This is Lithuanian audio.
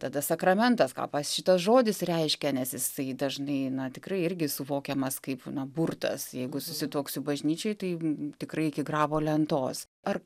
tada sakramentas ką pats šitas žodis reiškia nes jisai dažnai na tikrai irgi suvokiamas kaip burtas jeigu susituoksiu bažnyčioj tai tikrai iki grabo lentos ar